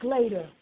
later